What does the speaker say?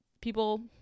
people